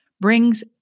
brings